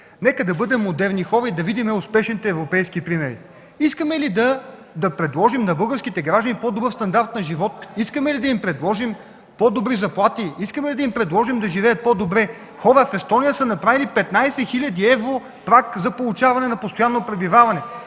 Нека да бъдем модерни хора и да видим успешните европейски примери. Искаме ли да предложим на българските граждани по-добър стандарт на живот? Искаме ли да им предложим по-добри заплати? Искаме ли да им предложим да живеят по-добре. Хора, в Естония са направили 15 хил. евро праг за получаване на постоянно пребиваване.